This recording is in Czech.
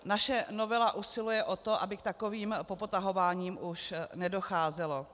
Naše novela usiluje o to, aby k takovým popotahováním už nedocházelo.